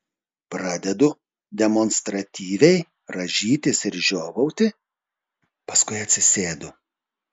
pradedu demonstratyviai rąžytis ir žiovauti paskui atsisėdu